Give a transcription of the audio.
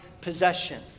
possession